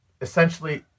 essentially